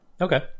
Okay